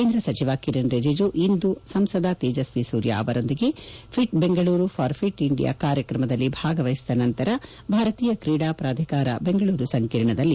ಕೇಂದ್ರ ಸಚಿವ ಕಿರೆನ್ ರಿಜಿಜು ಇಂದು ಸಂಸದ ತೇಜಸ್ವಿ ಸೂರ್ಯ ಅವರೊಂದಿಗೆ fit Bengaluru for fit India ಕಾರ್ಯಕ್ರಮದಲ್ಲಿ ಭಾಗವಹಿಸಿದ ನಂತರ ಭಾರತೀಯ ಕ್ರೀಡಾ ಪ್ರಾಧಿಕಾರ ಬೆಂಗಳೂರು ಸಂಕೀರ್ಣದಲ್ಲಿ